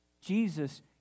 Jesus